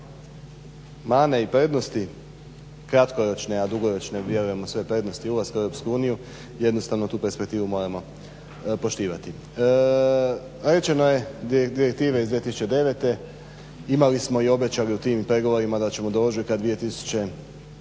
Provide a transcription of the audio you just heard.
sve mane i prednosti kratkoročne, a dugoročne vjerujemo sve prednosti ulaska u EU, jednostavno tu perspektivu moramo poštovati. Rečeno je dvije direktive iz 2009. Imali smo i obećali u tim pregovorima da ćemo do ožujka 2011.